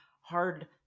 hard